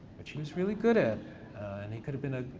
which he was really good at and he could've been a,